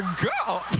ah girl!